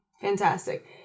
fantastic